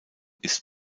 ist